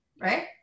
right